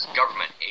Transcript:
government